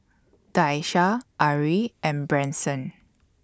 Daisha Arie and Branson